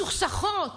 מסוכסכות,